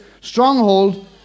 stronghold